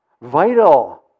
Vital